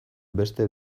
beste